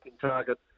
target